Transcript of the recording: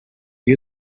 you